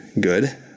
good